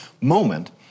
moment